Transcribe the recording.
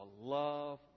love